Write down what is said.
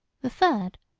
the third,